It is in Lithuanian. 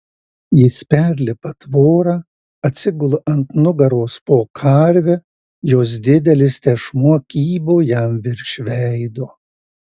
jis perlipa tvorą atsigula ant nugaros po karve jos didelis tešmuo kybo jam virš veido